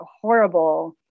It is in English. horrible